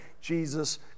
Jesus